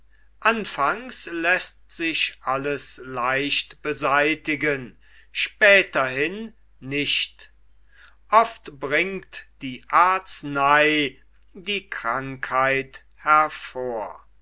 anfangs läßt sich alles leicht beseitigen späterhin nicht oft bringt die arznei die krankheit hervor